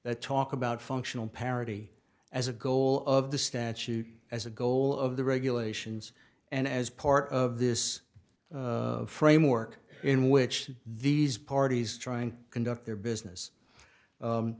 that talk about functional parity as a goal of the statute as a goal of the regulations and as part of this framework in which these parties trying to conduct their business